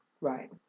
Right